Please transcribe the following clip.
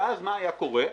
ואז מה היה קורה?